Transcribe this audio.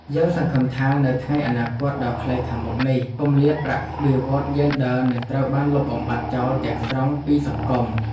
យើងសង្ឃឹមថានៅថ្ងៃអនាគតដ៏ខ្លីខាងមុខនេះគម្លាតប្រាក់បៀវត្សរ៍យេនឌ័រនឹងត្រូវបានលុបបំបាត់ចោលទាំងស្រុងពីសង្គម។